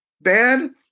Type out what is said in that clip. Bad